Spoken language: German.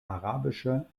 arabischer